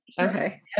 Okay